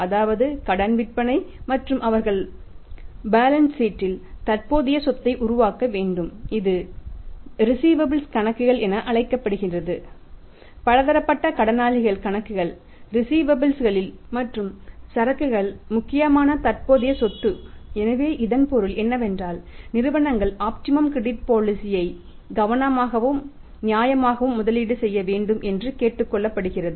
அதாவது கடன் விற்பனை மற்றும் அவர்கள் பேலன்ஸ் சீட் யை கவனமாகவும் நியாயமாகவும் முதலீடு செய்ய வேண்டும் என்று கேட்டுக் கொள்ளப்படுகிறது